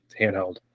handheld